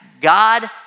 God